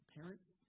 parents